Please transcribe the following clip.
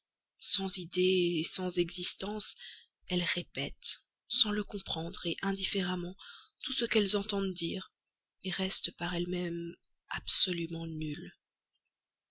sans idées sans consistance elles répètent sans le comprendre indifféremment tout ce qu'elles entendent dire restent par elles-mêmes absolument nulles